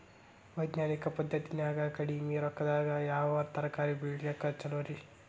ವೈಜ್ಞಾನಿಕ ಪದ್ಧತಿನ್ಯಾಗ ಕಡಿಮಿ ರೊಕ್ಕದಾಗಾ ಯಾವ ತರಕಾರಿ ಬೆಳಿಲಿಕ್ಕ ಛಲೋರಿ?